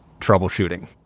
troubleshooting